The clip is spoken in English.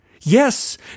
Yes